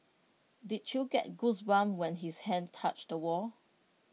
did you get goosebumps when his hand touched the wall